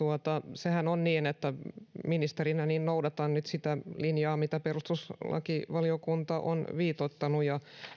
sehän on niin että ministerinä noudatan nyt sitä linjaa mitä perustuslakivaliokunta on viitoittanut